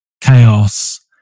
chaos